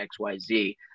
XYZ